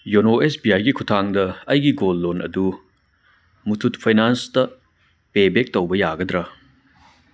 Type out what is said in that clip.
YONO S B ꯑꯥꯏꯒꯤ ꯈꯨꯊꯥꯡꯗ ꯑꯩꯒꯤ ꯒꯣꯜ ꯂꯣꯟꯗꯨ ꯃꯨꯊꯨꯠ ꯐꯥꯏꯅꯥꯏꯟꯁꯇ ꯄꯦ ꯕꯦꯛ ꯇꯧꯕ ꯌꯥꯒꯗ꯭ꯔ